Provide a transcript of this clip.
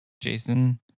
Jason